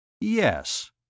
Yes